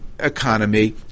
economy